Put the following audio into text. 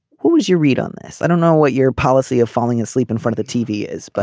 what was your read on this. i don't know what your policy of falling asleep in front of a tv is but